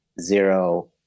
zero